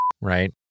right